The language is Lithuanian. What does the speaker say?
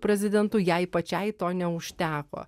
prezidentu jai pačiai to neužteko